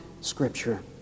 Scripture